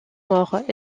mort